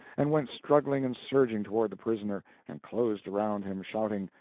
and went struggling and surging toward the prisoner, and closed around him, shouting,